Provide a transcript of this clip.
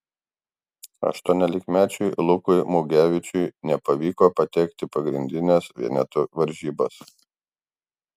aštuoniolikmečiui lukui mugevičiui nepavyko patekti pagrindines vienetų varžybas